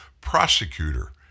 prosecutor